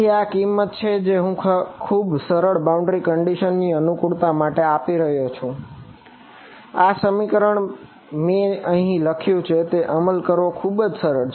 તેથી આ કિંમત છે જે હું ખુબજ સરળ બાઉન્ડ્રી કંડીશન ની અનુકૂળતા માટે આપી રહ્યો છું આ સમીકરણ જે મેં અહીં લખ્યું છે તેનો અમલ કરવો ખુબજ સરળ છે